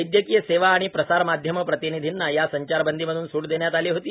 वैद्यकीय सेवा आणि प्रसार माध्यम प्रतिनिधींना या संचारबंदी मधून सूट देण्यात आली होती